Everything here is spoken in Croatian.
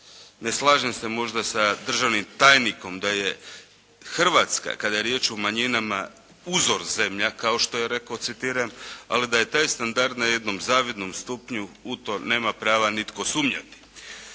Ne slažem se možda sa državnim tajnikom da je Hrvatska kada je riječ o manjinama uzor zemlja kao što je rekao, citiram, ali da je taj standard na jednom zavidnom stupnju u to nema prava nitko sumnjati.